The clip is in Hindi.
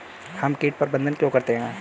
हम कीट प्रबंधन क्यों करते हैं?